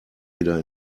wieder